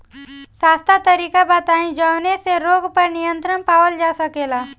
सस्ता तरीका बताई जवने से रोग पर नियंत्रण पावल जा सकेला?